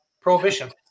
Prohibition